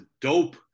dope